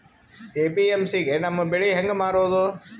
APMC ಗೆ ನಮ್ಮ ಬೆಳಿ ಹೆಂಗ ಮಾರೊದ?